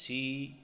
C